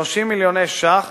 30 מיליוני שקלים,